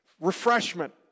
refreshment